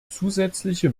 zusätzliche